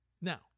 Now